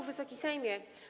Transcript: Wysoki Sejmie!